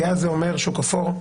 כי אז זה אומר שוק אפור,